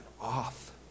off